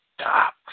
stop